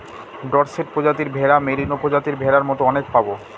Dorset প্রজাতির ভেড়া, merino প্রজাতির ভেড়ার মতো অনেক পাবো